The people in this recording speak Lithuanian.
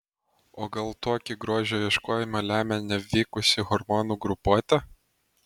o gal tokį grožio ieškojimą lemia nevykusi hormonų grupuotė